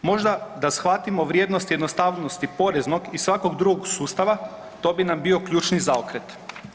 Možda da shvatimo vrijednost, jednostavnost i poreznog i svakog drugog sustava, to bi nam bio ključni zaokret.